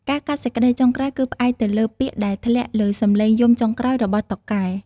ការកាត់សេចក្តីចុងក្រោយគឺផ្អែកទៅលើពាក្យដែលធ្លាក់លើសំឡេងយំចុងក្រោយរបស់តុកែ។